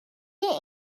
این